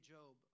Job